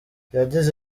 yagize